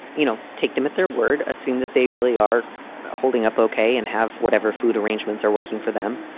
you know, take them at their word, assume that they really are holding up ok and have whatever food arrangements are working for them.